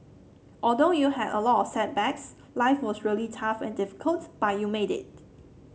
although you had a lot of setbacks life was really tough and difficult but you made it